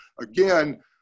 again